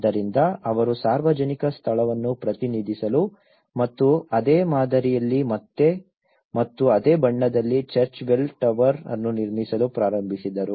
ಆದ್ದರಿಂದ ಅವರು ಸಾರ್ವಜನಿಕ ಸ್ಥಳವನ್ನು ಪ್ರತಿನಿಧಿಸಲು ಮತ್ತು ಅದೇ ಮಾದರಿಯಲ್ಲಿ ಮತ್ತು ಅದೇ ಬಣ್ಣದಲ್ಲಿ ಚರ್ಚ್ ಬೆಲ್ ಟವರ್ ಅನ್ನು ನಿರ್ಮಿಸಲು ಪ್ರಾರಂಭಿಸಿದರು